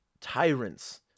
tyrants